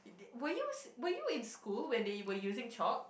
were you s~ were you in school when they were using chalk